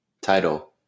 title